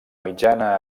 mitjana